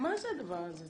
מה זה הדבר הזה?